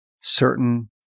certain